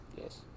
Yes